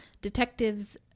Detectives